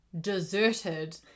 deserted